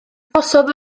arhosodd